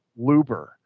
Luber